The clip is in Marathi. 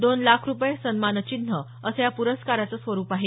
दोन लाख रुपये सन्मानचिन्ह असं या प्रस्काराचं स्वरुप आहे